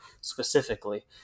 specifically